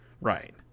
Right